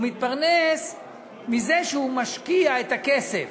הוא מתפרנס מזה שהוא משקיע את הכסף,